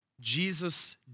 Jesus